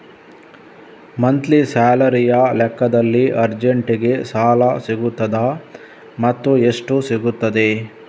Monthly ಸ್ಯಾಲರಿಯ ಲೆಕ್ಕದಲ್ಲಿ ಅರ್ಜೆಂಟಿಗೆ ಸಾಲ ಸಿಗುತ್ತದಾ ಮತ್ತುಎಷ್ಟು ಸಿಗುತ್ತದೆ?